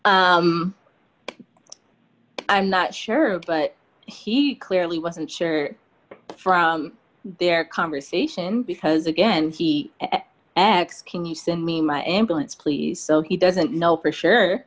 not i'm not sure but he clearly wasn't sure from their conversation because again he acts can you send me my ambulance please so he doesn't know for sure